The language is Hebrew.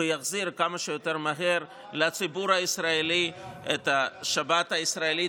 ושיחזיר כמה שיותר מהר לציבור הישראלי את שבת הישראלית,